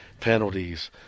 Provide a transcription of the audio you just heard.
penalties